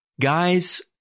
guys